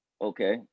Okay